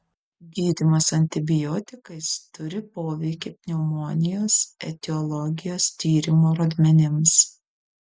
gydymas antibiotikais turi poveikį pneumonijos etiologijos tyrimo rodmenims